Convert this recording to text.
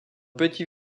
petit